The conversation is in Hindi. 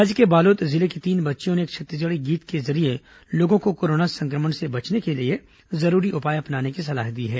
राज्य के बालोद जिले की तीन बच्चियों ने एक छत्तीसगढ़ी गीत के जरिये लोगों को कोरोना संक्रमण से बचने के लिए जरूरी उपाए अपनाने की सलाह दी है